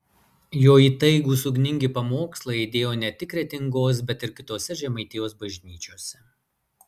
jo įtaigūs ugningi pamokslai aidėjo ne tik kretingos bet ir kitose žemaitijos bažnyčiose